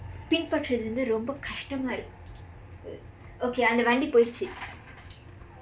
பின்பற்றுவது வந்து ரொம்ப கஷ்டமா இருக்கு:pinparruvathu vandthu rompa kashdamaa irukku okay அந்த வண்டி போய்டுச்சு:andtha vandi pooiduchsu